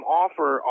offer